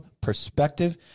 perspective